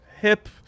hip